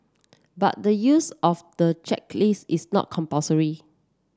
but the use of the checklist is not compulsory